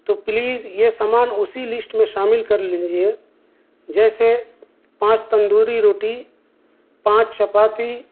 تو پلیز یہ سامان اسی لسٹ میں شامل کر لیجیے جیسے پانچ تندوری روٹی پانچ چپاتی